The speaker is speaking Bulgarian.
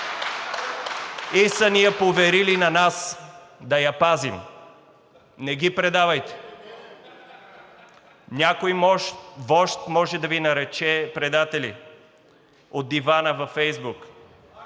и са я поверили на нас да я пазим. Не ги предавайте! Някой вожд може да Ви нарече предатели от дивана във Фейсбук,